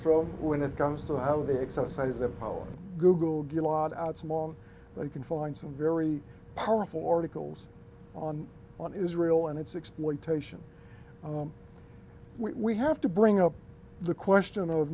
from when it comes to how they exercise that power google get a lot out small they can find some very powerful articles on on israel and its exploitation we have to bring up the question of